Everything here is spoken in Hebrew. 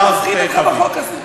מה מפחיד אותך בחוק הזה?